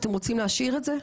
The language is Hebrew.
אתם רוצים להעשיר את זה.